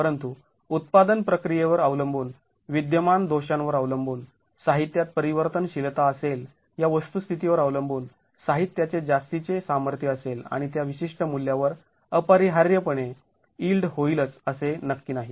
परंतु उत्पादन प्रक्रियेवर अवलंबून विद्यमान दोषांवर अवलंबून साहित्यात परिवर्तनशीलता असेल या वस्तुस्थितीवर अवलंबून साहित्याचे जास्तीचे सामर्थ्य असेल आणि त्या विशिष्ट मूल्यावर अपरिहार्यपणे यिल्ड होईलच असे नक्की नाही